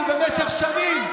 הוביל במשך שנים,